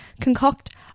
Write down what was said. concoct